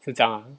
是这样的